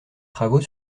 travaux